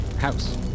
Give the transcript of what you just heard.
house